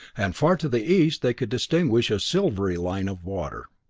and far to the east they could distinguish a silvery line of water!